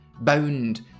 bound